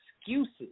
excuses